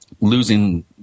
losing